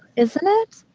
isn't it?